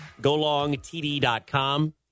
golongtd.com